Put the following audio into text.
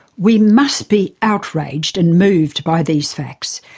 we must be outraged and moved by these facts.